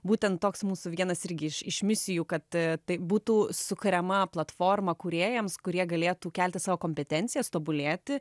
būtent toks mūsų vienas irgi iš iš misijų kad būtų sukuriama platforma kūrėjams kurie galėtų kelti savo kompetencijas tobulėti